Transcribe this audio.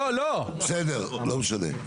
בסדר, לא משנה.